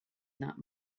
not